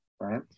right